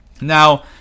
Now